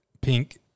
pink